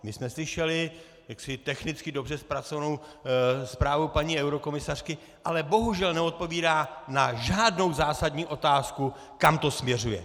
My jsme slyšeli technicky dobře zpracovanou zprávu paní eurokomisařky, ale bohužel neodpovídá na žádnou zásadní otázku, kam to směřuje!